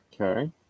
Okay